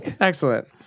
Excellent